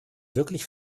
wirklich